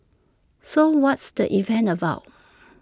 so what's the event about